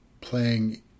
playing